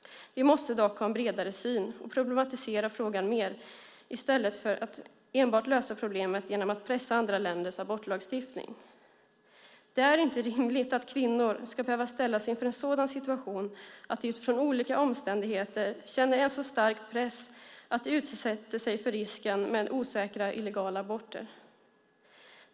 Vi måste dock ha en bredare syn och problematisera frågan mer i stället för att enbart lösa problemet genom att pressa andra länders abortlagstiftning. Det är inte rimligt att kvinnor ska behöva ställas inför en sådan situation att de utifrån olika omständigheter känner en så stark press att de utsätter sig för risken med osäkra och illegala aborter.